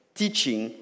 teaching